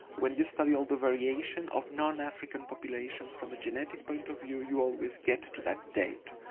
when you study all the variation of non-african populations from a genetic point of view you always get to that date.